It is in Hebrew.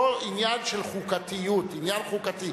פה, עניין של חוקתיות, עניין חוקתי.